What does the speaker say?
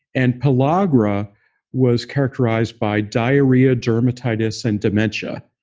and pellagra was characterized by diarrhea, dermatitis, and dementia,